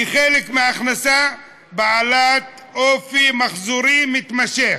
כחלק מההכנסה בעלת אופי מחזורי מתמשך,